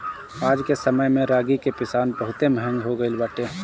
आजके समय में रागी के पिसान बहुते महंग हो गइल बाटे